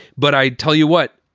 but i tell you what,